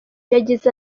yagize